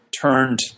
turned